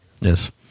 yes